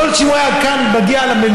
יכול להיות שאם הוא היה מגיע למליאה,